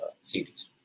series